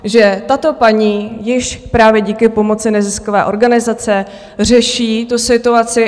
Že tato paní již právě díky pomoci neziskové organizace řeší tu situaci.